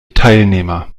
teilnehmer